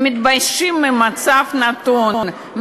הם מתביישים מהמצב הנתון,